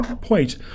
point